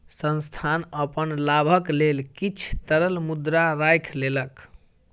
संस्थान अपन लाभक लेल किछ तरल मुद्रा राइख लेलक